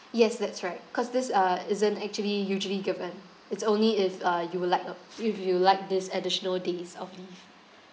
yes that's right cause this uh isn't actually usually given it's only if uh you would like uh if you would like these additional days of leave